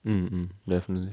mm mm definitely